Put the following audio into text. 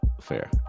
fair